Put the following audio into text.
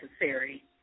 necessary